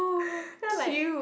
I was like